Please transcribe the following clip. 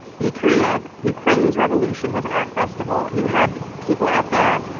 be creative. ukraine's revolution was an art festival. you have people out there,